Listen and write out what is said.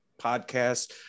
podcast